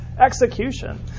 execution